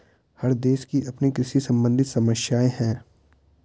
हर देश की अपनी कृषि सम्बंधित समस्याएं हैं